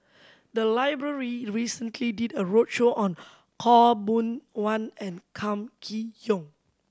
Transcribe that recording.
the library recently did a roadshow on Khaw Boon Wan and Kam Kee Yong